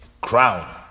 crown